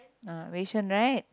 ah wei-sheng right